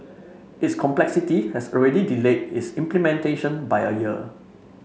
its complexity has already delayed its implementation by a year